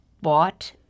bought